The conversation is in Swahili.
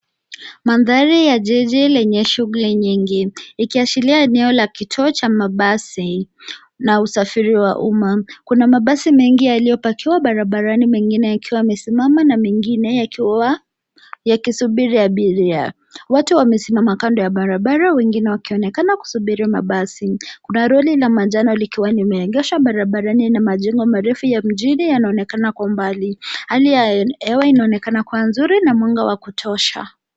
Mandhari ya jiji lenye shughuli nyingine. Ikiashilia eneo la kituo cha mabasi na usafiri wa umma. Kuna mabasi mengine yaliyopakiwa barabarani mengine yakiwa yamesimama na mengine yakisubiri abiria. Watu wamesimama kando ya barabara wengine wakionekana kusubiri mabasi. Kuna lori la manjano likiwa limeegeshwa barabarani na majengo marefu ya mjini yanaonekana kwa umbali. Hali ya hewa inaonekana kuwa nzuri na mwanga wa kutosha.